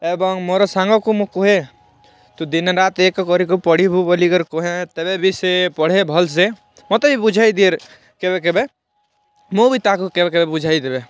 ଏବଂ ମୋର ସାଙ୍ଗକୁ ମୁଁ କୁହେ ତୁ ଦିନେରାତ୍ ଏକ କରିକି ପଢ଼ିବୁ ବୋଲିକିର କୁହେ ତେବେ ବି ସେ ପଢ଼େ ଭଲସେ ମୋତେ ବି ବୁଝାଇଦିଏ କେବେ କେବେ ମୁଁ ବି ତାକୁ କେବେ କେବେ ବୁଝାଇଦେବେ